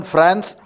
France